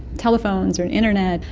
telephones or and internet.